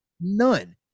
none